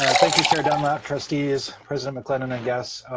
ah thank you, chair dunlap, trustees, president maclennan, and guests.